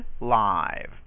live